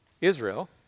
Israel